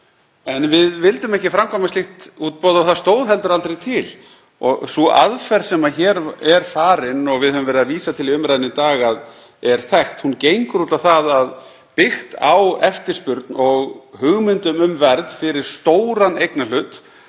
En við vildum ekki framkvæma slíkt útboð og það stóð heldur aldrei til. Sú aðferð sem hér er farin, og við höfum verið að vísa til í umræðunni í dag að sé þekkt, gengur út á það að byggt á eftirspurn og hugmyndum um verð fyrir stóran eignarhlut